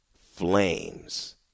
flames